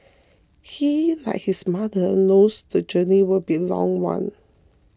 he like his mother knows the journey will be a long one